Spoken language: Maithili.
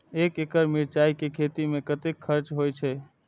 एक एकड़ मिरचाय के खेती में कतेक खर्च होय छै?